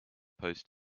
post